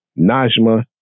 Najma